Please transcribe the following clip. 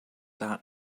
that